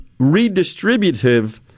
redistributive